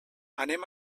anem